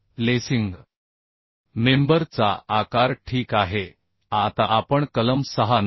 तर lacing member चा आकार ठीक आहे आता आपण कलम 6